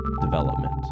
development